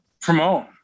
promote